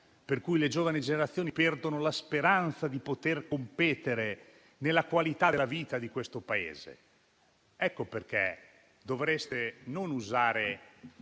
per cui le giovani generazioni perdono la speranza di competere nella qualità della vita di questo Paese. Ecco perché dovreste non usare